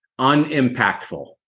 unimpactful